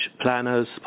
planners